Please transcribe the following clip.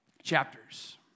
chapters